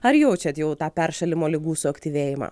ar jaučiat jau tą peršalimo ligų suaktyvėjimą